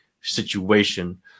situation